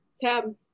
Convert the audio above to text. tab